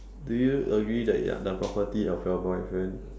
do you agree that you're the property of your boyfriend